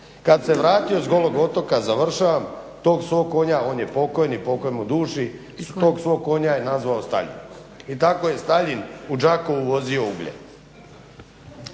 Kada se vratio s Golog otoka, završavam, tog svog konja, on je pokojni, pokoj mu duši, tog svog konja je nazvao Staljin. I tako je Staljin u Đakovu vozio ugljen.